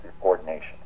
coordination